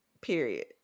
Period